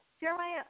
Jeremiah